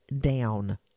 down